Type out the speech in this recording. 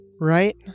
right